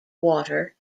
water